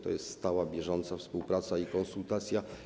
To jest stała, bieżąca współpraca i konsultacja.